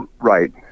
Right